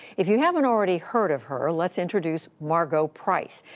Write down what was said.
if you haven't already heard of her, let's introduce margo price.